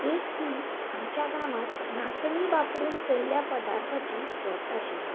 एक दीस आमच्यां गांवांत नांचणीं वापरून केल्ल्या पदार्थाची सर्त आशिल्लीं